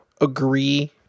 agree